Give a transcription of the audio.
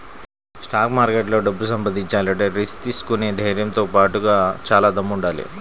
stock మార్కెట్లో డబ్బు సంపాదించాలంటే రిస్క్ తీసుకునే ధైర్నంతో బాటుగా చానా దమ్ముండాలి